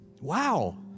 wow